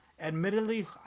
admittedly